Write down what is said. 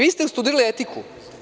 Vi ste studirali etiku.